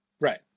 Right